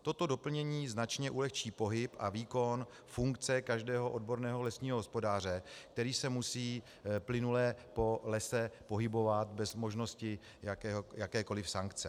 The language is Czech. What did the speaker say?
Toto doplnění značně ulehčí pohyb a výkon funkce každého odborného lesního hospodáře, který se musí plynule po lese pohybovat bez možnosti jakékoli sankce.